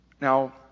Now